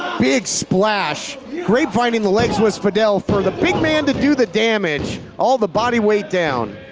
big splash. grapevining the legs was fidel for the big man to do the damage, all the body weight down.